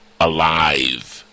alive